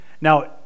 Now